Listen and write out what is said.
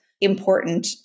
important